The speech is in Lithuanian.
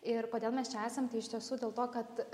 ir kodėl mes čia esam tai iš tiesų dėl to kad